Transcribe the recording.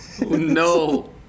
No